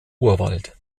urwald